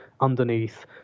underneath